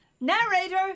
Narrator